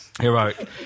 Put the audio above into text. Heroic